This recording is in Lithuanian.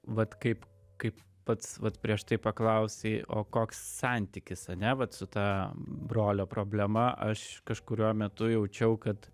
vat kaip kaip pats vat prieš tai paklausei o koks santykis ane vat su ta brolio problema aš kažkuriuo metu jaučiau kad